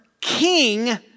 king